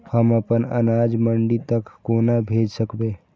हम अपन अनाज मंडी तक कोना भेज सकबै?